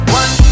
one